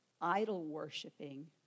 idol-worshiping